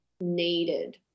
needed